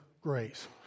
grace